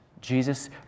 Jesus